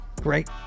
Great